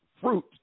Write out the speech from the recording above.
fruit